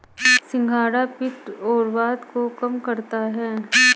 सिंघाड़ा पित्त और वात को कम करता है